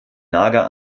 nager